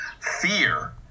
Fear